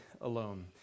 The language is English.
alone